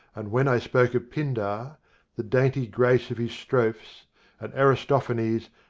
and when i spoke of pindar the dainty grace of his strophes and aristophanes,